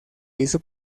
hizo